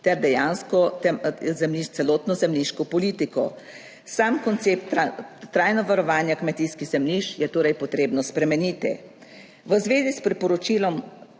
ter dejansko celotno zemljiško politiko. Sam koncept trajno varovanja kmetijskih zemljišč je torej potrebno spremeniti. V zvezi s priporočilom